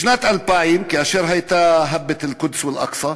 בשנת 2000, כאשר הייתה הבּט אל-קודס ואל-אקצא,